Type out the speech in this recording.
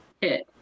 hit